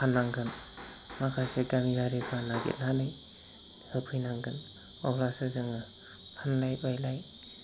फाननांगोन माखासे गामियारिफ्रा नागिरनानै होफैनांगोन अब्लासो जोङो फानलाय बायलाय